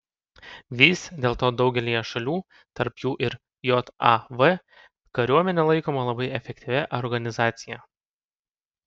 vis dėlto daugelyje šalių tarp jų ir jav kariuomenė laikoma labai efektyvia organizacija